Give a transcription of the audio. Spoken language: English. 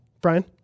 Brian